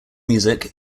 music